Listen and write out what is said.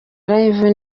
live